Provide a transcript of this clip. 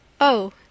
Oh